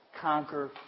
conquer